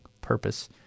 purpose